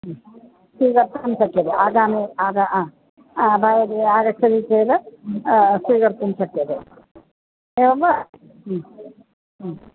स्वीकर्तुं शक्यते आगामि आगच्छ अ वा आगच्छति चेत् स्वीकर्तुं शक्यते एवं वा